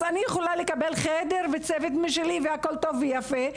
אז אקבל ניתוח וחדר וצוות והכול טוב ויפה,